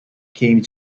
came